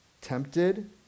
Tempted